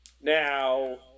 Now